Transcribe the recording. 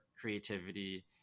creativity